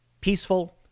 peaceful